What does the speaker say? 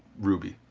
ruby.